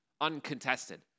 uncontested